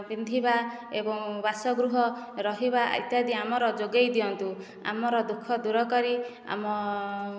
ପିନ୍ଧିବା ଏବଂ ବାସଗୃହ ରହିବା ଇତ୍ୟାଦି ଆମର ଯୋଗେଇ ଦିଅନ୍ତୁ ଆମର ଦୁଃଖ ଦୂର କରି ଆମ